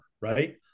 right